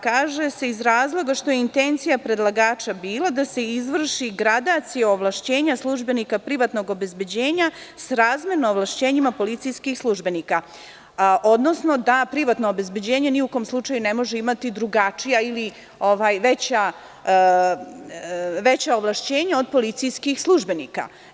Kaže se – iz razloga što je intencija predlagača bila da se izvrši gradacija ovlašćenja službenika privatnog obezbeđenja srazmerno ovlašćenjima policijskih službenika, odnosno da privatno obezbeđenje ni u kom slučaju ne može imati drugačija ili veća ovlašćenja od policijskih službenika.